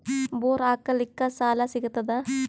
Bore ಹಾಕಲಿಕ್ಕ ಸಾಲ ಸಿಗತದ?